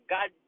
God